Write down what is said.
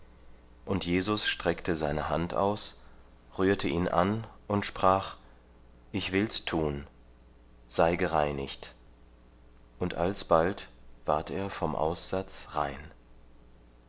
und jesus streckte seine hand aus rührte ihn an und sprach ich will's tun sei gereinigt und alsbald ward er vom aussatz rein